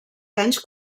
danys